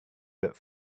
that